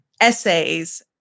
essays